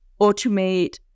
automate